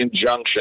injunction